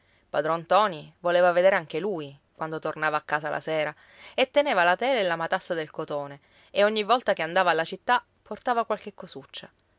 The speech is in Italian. padron ntoni voleva vedere anche lui quando tornava a casa la sera e teneva la tela e la matassa del cotone e ogni volta che andava alla città portava qualche cosuccia